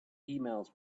emails